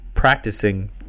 practicing